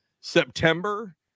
September